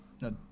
No